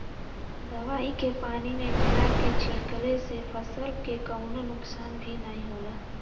दवाई के पानी में मिला के छिड़कले से फसल के कवनो नुकसान भी नाहीं होला